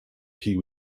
pee